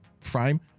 frame